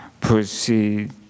proceed